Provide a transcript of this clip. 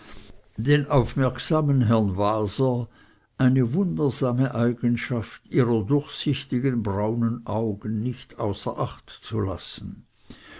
den aufmerksamen herrn waser eine wundersame eigenschaft ihrer durchsichtigen braunen augen nicht außer acht zu lassen